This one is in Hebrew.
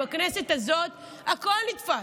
בכנסת הזאת הכול נתפס.